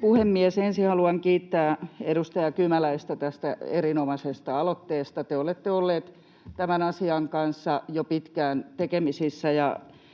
puhemies! Ensin haluan kiittää edustaja Kymäläistä tästä erinomaisesta aloitteesta. Te olette ollut tämän asian kanssa jo pitkään tekemisissä,